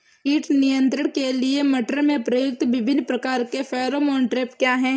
कीट नियंत्रण के लिए मटर में प्रयुक्त विभिन्न प्रकार के फेरोमोन ट्रैप क्या है?